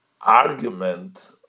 argument